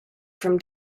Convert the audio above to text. from